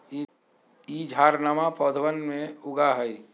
ई झाड़नमा पौधवन में उगा हई